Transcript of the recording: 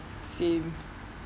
same